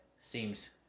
seems